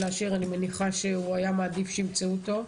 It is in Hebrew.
אני מניחה שהוא היה מעדיף שימצאו אותו.